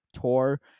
tour